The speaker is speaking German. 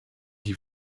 die